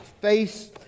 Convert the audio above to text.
face